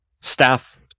staff